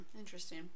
interesting